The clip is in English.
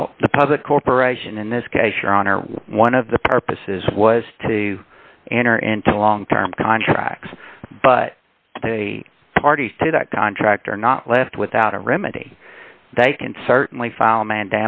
well the public corporation in this case your honor one of the purposes was to enter into long term contracts but they parties to that contract are not left without a remedy they can certainly file man